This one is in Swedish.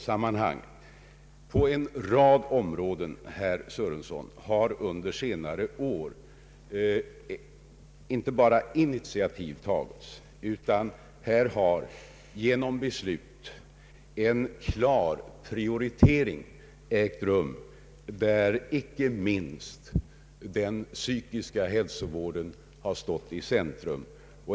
Inom en rad områden, herr Sörenson, har under senare år inte bara initiativ tagits utan också genom beslut en klar prioritering ägt rum, där icke minst den psykiska hälsovården stått i centrum.